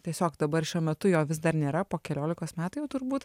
tiesiog dabar šiuo metu jo vis dar nėra po keliolikos metų jau turbūt